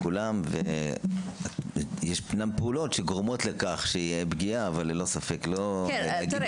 יש פעולות שגורמות לפגיעה אבל קשה